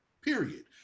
Period